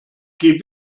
geh